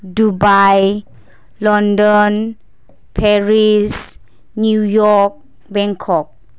Dubai London Paris New York Bangkok